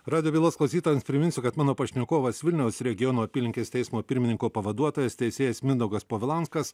radijo bylos klausytojams priminsiu kad mano pašnekovas vilniaus regiono apylinkės teismo pirmininko pavaduotojas teisėjas mindaugas povilanskas